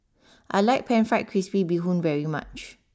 I like Pan Fried Crispy Bee Hoon very much